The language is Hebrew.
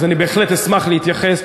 אני בהחלט אשמח להתייחס.